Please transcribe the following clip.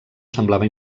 semblava